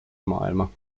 maailma